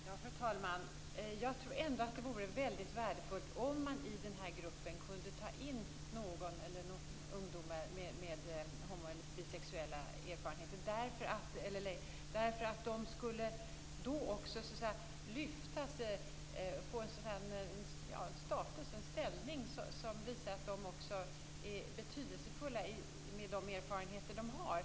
Fru talman! Jag tror ändå att det vore mycket värdefullt om man i den här gruppen kunde ta in ungdomar med homo eller bisexuella erfarenheter. De skulle då lyftas fram och få en status och ställning som visar att de också är betydelsefulla med de erfarenheter de har.